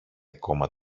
ακόμα